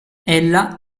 ella